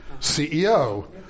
CEO